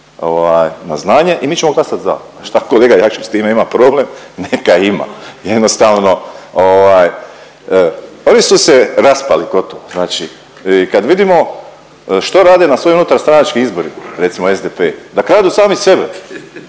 na znanje i mi ćemo glasat za, a šta kolega Jakšić s time ima problem, neka ima, jednostavno ovaj, oni su se raspali gotovo znači. I kad vidimo što rade na svojim unutarstranačkim izborima recimo SDP, da kradu sami sebe,